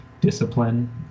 discipline